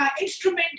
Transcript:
instrument